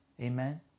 Amen